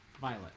Violet